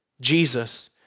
Jesus